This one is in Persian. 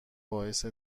باعث